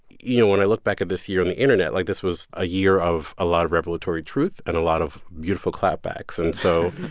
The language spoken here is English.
you know, when i look back at this year on the internet, like, this was a year of a lot of revelatory truth and a lot of beautiful clapbacks. and so,